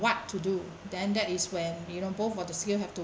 what to do then that is when you know both of the skill have to